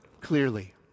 clearly